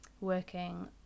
working